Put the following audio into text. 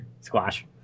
squash